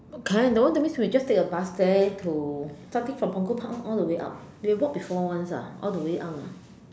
okay no one tell me so we just take a bus there to starting from Punggol Park lor all the way up we got walk before once ah all the way up lah